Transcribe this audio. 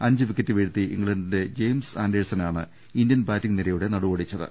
അഞ്ച് വിക്കറ്റ് വീഴ്ത്തി ഇംഗ്ലണ്ടിന്റെ ജെയിംസ് ആൻഡേഴ്സനാണ് ഇന്ത്യൻ ബാറ്റിംഗ് നിരയുടെ നടുവൊടിച്ചത്